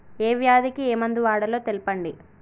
ఏ వ్యాధి కి ఏ మందు వాడాలో తెల్పండి?